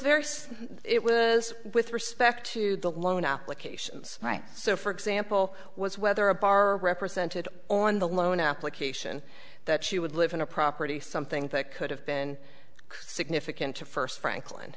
very it was with respect to the loan applications so for example was whether a bar represented on the loan application that she would live in a property something that could have been significant to first frankl